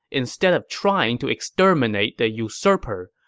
instead of trying to exterminate the usurper,